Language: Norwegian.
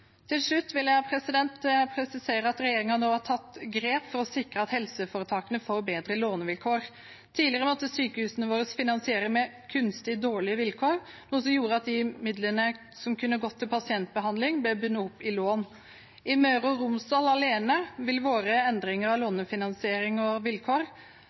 Til slutt vil jeg presisere at regjeringen nå har tatt grep for å sikre at helseforetakene får bedre lånevilkår. Tidligere måtte sykehusene våre finansiere med kunstig dårlige vilkår, noe som gjorde at de midlene som kunne ha gått til pasientbehandling, ble bundet opp i lån. I Møre og Romsdal alene vil våre endringer av lånefinansiering og